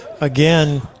again